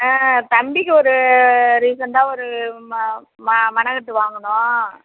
ஆ தம்பிக்கு ஒரு ரீசண்ட்டாக ஒரு மனைக்கட்டு வாங்கணும்